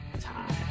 time